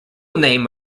name